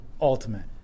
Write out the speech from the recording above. ultimate